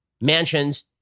mansions